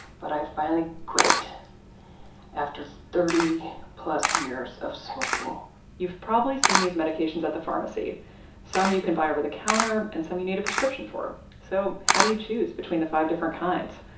but i finally quit after thirty plus years of smoking you've probably seen these medications at the pharmacy some you can buy over-the-counter and some you need a prescription for. so how do you choose between the five different kinds?